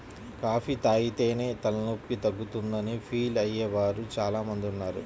coffee తాగితేనే తలనొప్పి తగ్గుతుందని ఫీల్ అయ్యే వారు చాలా మంది ఉన్నారు